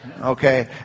Okay